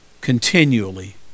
continually